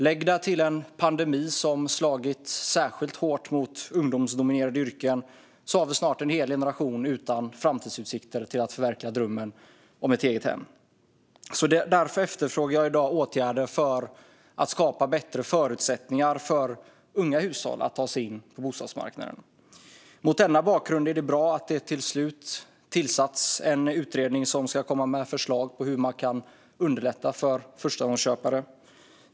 Lägg därtill en pandemi som slagit särskilt hårt mot ungdomsdominerade yrken, så har vi snart en hel generation utan framtidsutsikter att förverkliga drömmen om ett eget hem. Därför efterfrågar jag i dag åtgärder för att skapa bättre förutsättningar för unga hushåll att ta sig in på bostadsmarknaden. Mot denna bakgrund är det bra att det till slut har tillsatts en utredning som ska komma med förslag på hur man kan underlätta för förstagångsköpare.